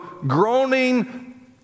groaning